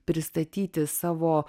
pristatyti savo